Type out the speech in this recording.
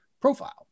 profile